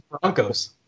Broncos